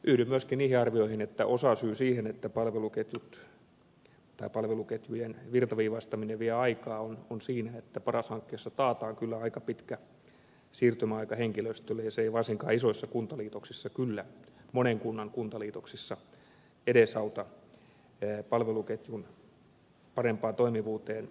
yhdyn myöskin niihin arvioihin että osasyy siihen että palveluketjujen virtaviivaistaminen vie aikaa on siinä että paras hankkeessa taataan kyllä aika pitkä siirtymäaika henkilöstölle ja se ei varsinkaan isoissa kuntaliitoksissa monen kunnan kuntaliitoksissa kyllä edesauta palveluketjun parempaan toimivuuteen saattamista